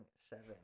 seven